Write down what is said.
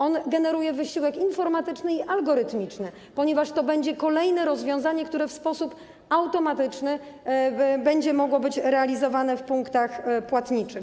Ono generuje wysiłek informatyczny i algorytmiczny, ponieważ to będzie kolejne rozwiązanie, które w sposób automatyczny będzie mogło być realizowane w punktach płatniczych.